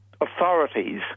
authorities